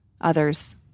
others